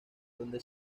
donde